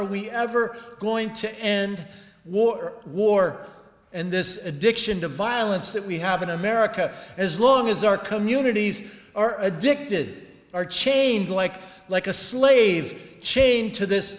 are we ever going to end war war and this addiction to violence that we have in america as long as our communities are addicted are changed like like a slave chained to this